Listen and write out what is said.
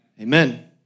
amen